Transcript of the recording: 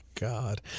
God